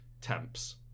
temps